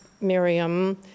Miriam